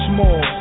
more